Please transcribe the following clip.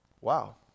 Wow